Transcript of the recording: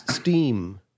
Steam